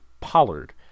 Pollard